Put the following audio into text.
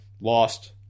lost